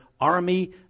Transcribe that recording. army